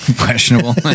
questionable